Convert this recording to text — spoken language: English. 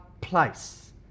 place